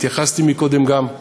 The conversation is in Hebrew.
התייחסתי קודם גם,